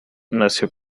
nació